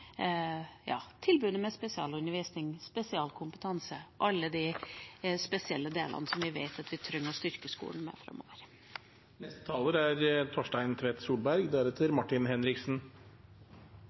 tilbudet med spesialundervisning, med spesialkompetanse – alle de spesielle delene som vi vet at vi trenger å styrke skolen med framover. Det er